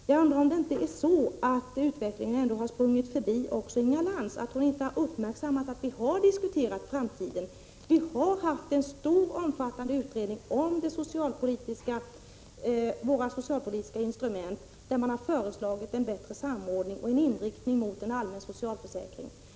Jag undrar om det inte är så att utvecklingen har sprungit förbi Inga Lantz. Hon har inte uppmärksammat att vi har diskuterat framtiden. Vi har haft en omfattande utredning om våra socialpolitiska instrument, där man har föreslagit en bättre samordning och en inriktning mot en allmän socialförsäkring.